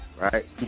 right